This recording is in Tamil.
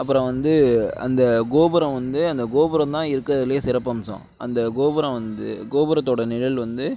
அப்புறம் வந்து அந்த கோபுரம் வந்து அந்த கோபுரம் தான் இருக்கிறதுலையே சிறப்பம்சம் அந்த கோபுரம் வந்து கோபுரத்தோட நிழல் வந்து